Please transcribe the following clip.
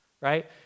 right